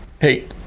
hey